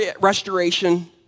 restoration